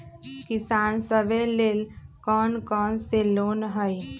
किसान सवे लेल कौन कौन से लोने हई?